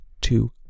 two